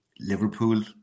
Liverpool